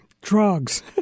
drugs